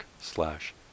slash